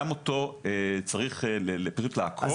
גם אותו צריך לאכוף.